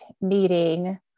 meeting